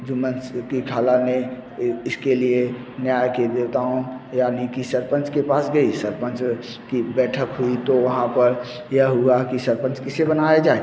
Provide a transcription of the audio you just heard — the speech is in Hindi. जुम्मन शैख़ कि ख़ाला ने इसके लिए न्याय के देवताओं यानी कि सरपंच के पास गई सरपंच की बैठक हुई तो वहाँ पर यह हुआ कि सरपंच किसे बनाया जाए